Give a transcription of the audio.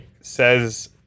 says